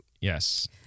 Yes